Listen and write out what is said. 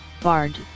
Bard